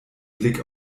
blick